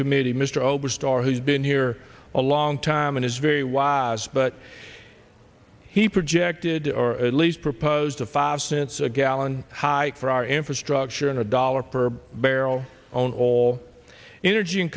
committee mr oberstar who's been here a long time and is very was but he projected or at least proposed a five cents a gallon high for our infrastructure and a dollar per barrel on all energy and